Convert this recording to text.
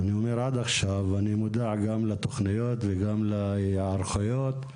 ואני מודע גם לתוכניות וגם להיערכות,